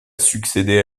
succédé